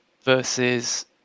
versus